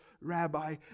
rabbi